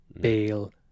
bale